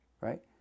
right